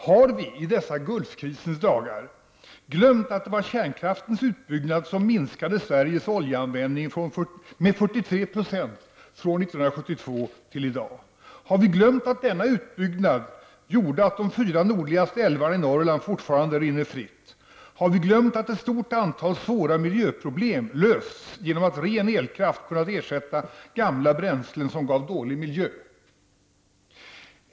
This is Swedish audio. Har vi -- i dessa Gulfkrisens dagar -- glömt att det var kärnkraftens utbyggnad som minskade Sveriges oljeanvändning med 43 % från 1972 fram till i dag? Har vi glömt att denna utbyggnad medförde att de fyra nordligaste älvarna i Norrland fortfarande rinner fritt? Har vi glömt att ett stort antal svåra miljöproblem lösts genom att ren elkraft kunnat ersätta gamla bränslen som gav dålig miljö?